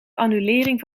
annulering